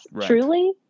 truly